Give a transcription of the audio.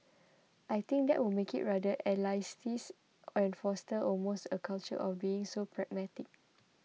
I think that would make it rather elitist and foster almost a culture of being so pragmatic